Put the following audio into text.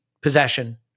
possession